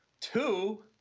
two